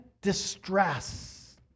distress